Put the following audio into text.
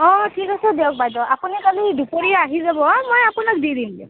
অঁ ঠিক আছে দিয়ক বাইদেউ আপুনি কালি দুপৰীয়া আহি যাব মই আপোনাক দি দিম দিয়ক